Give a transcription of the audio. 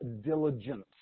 diligence